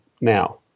now